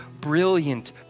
brilliant